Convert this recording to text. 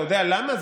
אתה יודע למה?